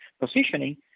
positioning